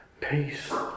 peace